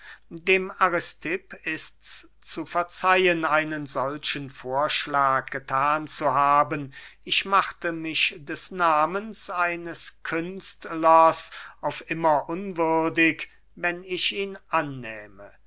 dem aristipp ists zu verzeihen einen solchen vorschlag gethan zu haben ich machte mich des nahmens eines künstlers auf immer unwürdig wenn ich ihn annähme